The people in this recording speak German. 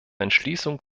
entschließung